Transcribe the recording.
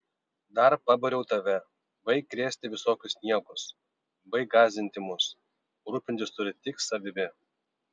dar pabariau tave baik krėsti visokius niekus baik gąsdinti mus rūpintis turi tik savimi